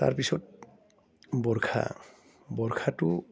তাৰপিছত বৰ্ষা বৰ্ষাটো